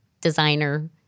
designer